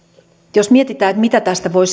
jos mietitään mitä tästä voi